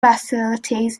facilities